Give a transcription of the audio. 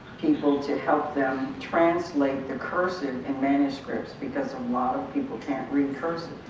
people to help them translate the cursive in manuscripts because a lot of people can't read cursive.